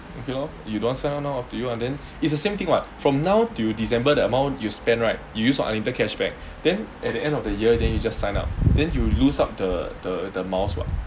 okay lor you don't want set up now up to you lah then it's the same thing [what] from now till december the amount you spend right you use your unlimited cashback then at the end of the year then you just sign up then you lose out the the the miles what